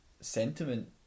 sentiment